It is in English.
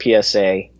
PSA